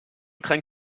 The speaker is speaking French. crains